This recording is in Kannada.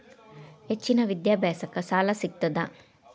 ಹೆಚ್ಚಿನ ವಿದ್ಯಾಭ್ಯಾಸಕ್ಕ ಸಾಲಾ ಸಿಗ್ತದಾ?